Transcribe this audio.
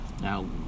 Now